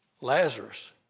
Lazarus